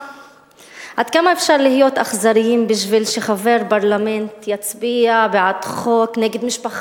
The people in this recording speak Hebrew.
עד כמה אפשר להיות אכזריים בשביל שחבר פרלמנט יצביע בעד חוק נגד משפחה,